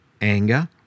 anger